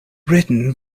written